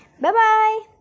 Bye-bye